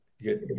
Good